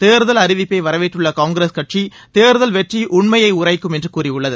தேர்தல் அறிவிப்பை வரவேற்றுள்ள காங்கிரஸ் கட்சி தேர்தல் வெற்றி உண்மையை உரைக்கும் என்று கூறியுள்ளது